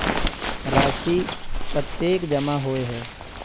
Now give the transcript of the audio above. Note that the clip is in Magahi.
राशि कतेक जमा होय है?